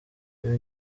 ibyo